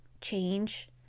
change